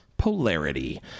polarity